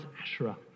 Asherah